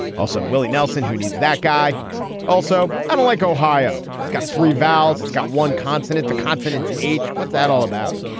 also, willie nelson, who needs that guy also. i don't like ohio. it's got three vowels. it's got one consonant, the consonants h. what's that all about?